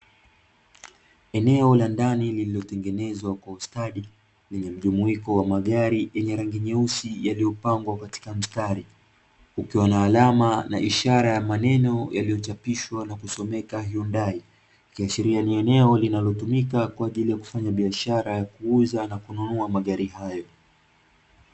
Eneo la ndani lililotengenezwa kwa ustadi, yenye mjumuiko wa magari yenye rangi nyeusi yaliyopangwa katika mstari, ikiwa na alama na ishara ya maneno yaliyochapishwa na kusomeka "HYUNDAI" ikihashiria ni eneo linalotumika kwa ajili ya kufanya biashara ya kuuza na kununua magari hayo.